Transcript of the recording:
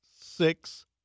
six